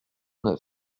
neuf